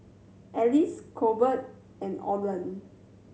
Ellis Colbert and Oland